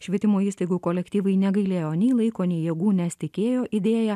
švietimo įstaigų kolektyvai negailėjo nei laiko nei jėgų nes tikėjo idėja